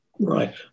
Right